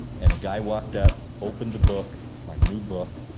and a guy walked up, opened the book, my new book,